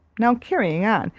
now carrying on,